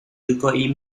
như